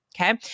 okay